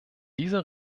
dieser